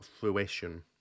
fruition